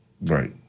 Right